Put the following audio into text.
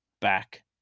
back